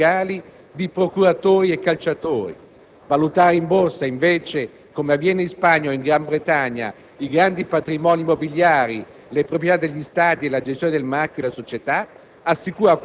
non mi riferisco solo a Calciopoli, ma anche alle plusvalenze con cui alcune società hanno aggiustato conti, si sono quotate in borsa, hanno disinvoltamente monetizzato i loro *brand*.